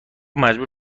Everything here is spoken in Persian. مجبور